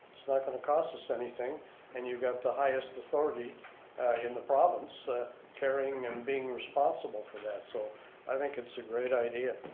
it's not going to cost us anything and you got the highest authority in the province carrying and being responsible for that, so i think it's a great idea.